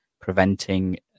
preventing